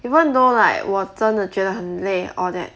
even though like 我真的觉得很累 all that